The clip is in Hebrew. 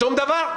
שום דבר?